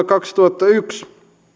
kaksituhattayksi